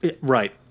right